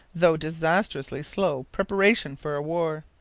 though disastrously slow, preparation for a war.